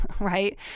right